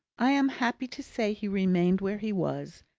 i am happy to say he remained where he was,